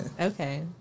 Okay